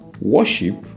worship